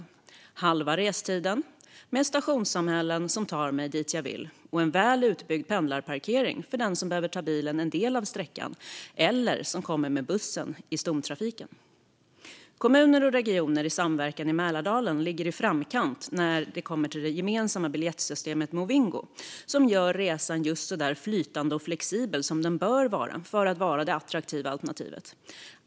Det är halva restiden, stationstillfällen som tar mig dit jag vill och en väl utbyggd pendlarparkering för den som behöver ta bilen en del av sträckan eller kommer med bussen i stomtrafiken. Kommuner och regioner i samverkan i Mälardalen ligger i framkant när det kommer till det gemensamma biljettsystemet Movingo. Det gör resan just så flytande och flexibel som den bör vara för att vara det attraktiva alternativet.